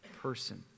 person